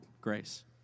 grace